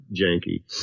janky